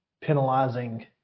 penalizing